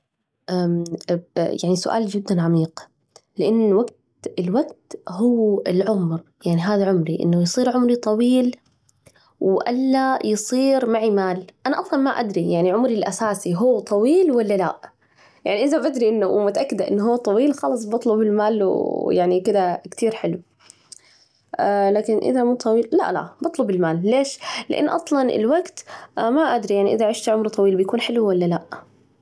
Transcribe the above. يعني سؤال جداً عميق لأن الوجت الوجت هو العمر، يعني هذا عمري، إنه يصير عمري طويل و لا يصير معي مال؟ أنا أصلاً ما أدري، يعني عمري الأساسي هو طويل ولا لا؟ يعني إذا بدري ومتأكدة إنه هو طويل، خلاص بطلب المال ويعني كده كتير حلو، لكن إذا مو طويل، لا، لا بطلب المال ليش؟ لأن أصلاً الوجت ما أدري، يعني إذا عشت عمري طويل بيكون حلو ولا لا؟